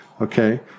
Okay